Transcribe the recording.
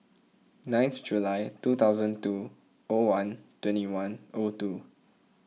ninth July two thousand two O one twenty one O two